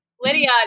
Lydia